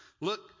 look